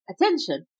attention